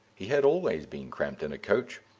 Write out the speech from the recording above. he had always been cramped in a coach,